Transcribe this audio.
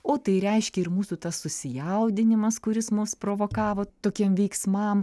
o tai reiškia ir mūsų tas susijaudinimas kuris mus provokavo tokiem veiksmam